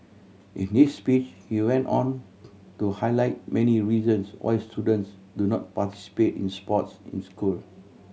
in his speech he went on to highlight many reasons why students do not participate in sports in school